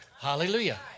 Hallelujah